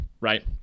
right